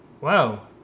wow